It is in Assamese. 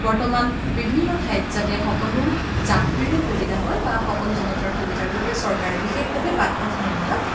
বৰ্তমান বিভিন্ন ঠাইত যাতে সকলো যাত্ৰীৰ সুবিধা হয় বা সকলো জনতাৰ সুবিধাৰ বাবে চৰকাৰে বিশেষভাৱে বাট পথ নিৰ্মাণত